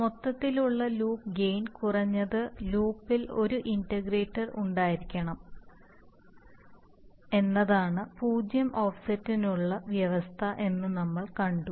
മൊത്തത്തിലുള്ള loop gain കുറഞ്ഞത് ലൂപ്പിൽ ഒരു ഇന്റഗ്രേറ്റർ ഉണ്ടായിരിക്കണം എന്നതാണ് പൂജ്യം ഓഫ്സെറ്റിനുള്ള വ്യവസ്ഥ എന്ന് നമ്മൾ കണ്ടു